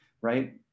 right